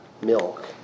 milk